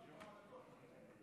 לא חבל שהיא באה לפה?